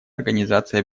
организации